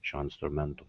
šio instrumento